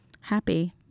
happy